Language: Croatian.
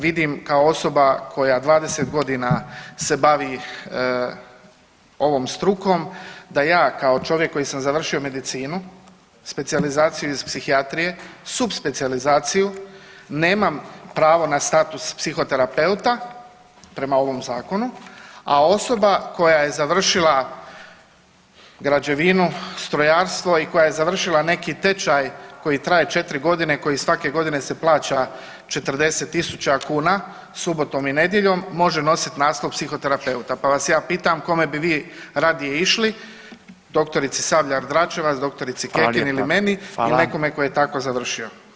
Vidim kao osoba koja 20.g. se bavi ovom strukom da ja kao čovjek koji sam završio medicinu, specijalizaciju iz psihijatrije, subspecijalizaciju, nemam pravo na status psihoterapeuta prema ovom zakonu, a osoba koja je završila građevinu, strojarstvo i koja je završila neki tečaj koji traje 4.g. i koji svake godine se plaća 40.000 kuna subotom i nedjeljom može nosit naslov psihoterapeuta pa vas ja pitam kome bi vi radije išli doktorici Sabljar Dračevac, doktorici Kekin ili meni ili nekome tko je tako završio.